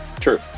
True